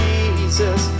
Jesus